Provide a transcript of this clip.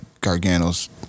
Gargano's